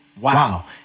wow